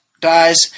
Dies